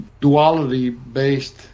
duality-based